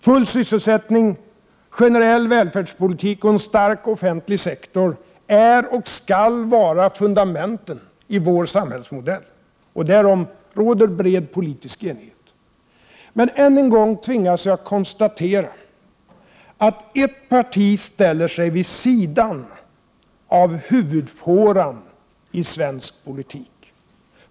Full sysselsättning, generell välfärdspolitik och en stark offentlig sektor är och skall vara fundamenten i vår samhällsmodell. Därom råder bred politisk enighet. Men än en gång tvingas jag konstatera att ett parti ställer sig vid sidan av huvudfåran i svensk politik.